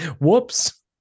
whoops